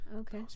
Okay